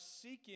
seeking